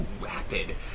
rapid